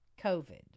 COVID